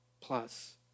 Plus